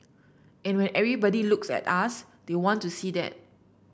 and when everybody looks at us they want to see that